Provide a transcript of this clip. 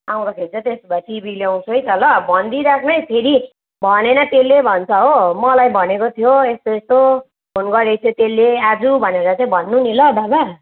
आउँदाखेरि चाहिँ त्यसो भए टिभी ल्याउँछु है त ल भनिदिइराख्नु है फेरि भनेने त्यसले भन्छ हो मलाई भनेको थियो यस्तो यस्तो फोन गरेको थियो त्यसले आज भनेर चाहिँ भन्नु नि ल बाबा